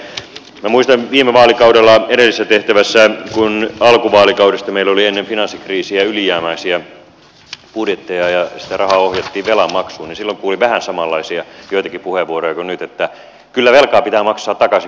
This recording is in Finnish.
minä muistan viime vaalikaudelta kun olin edellisessä tehtävässä että kun alkuvaalikaudesta meillä oli ennen finanssikriisiä ylijäämäisiä budjetteja ja sitä rahaa ohjattiin velanmaksuun niin silloin kuuli joitakin vähän samanlaisia puheenvuoroja kuin nyt että kyllä velkaa pitää maksaa takaisin mutta